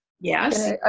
Yes